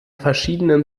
verschiedenen